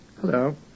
Hello